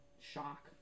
shock